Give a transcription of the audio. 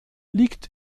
liegt